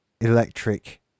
electric